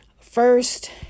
First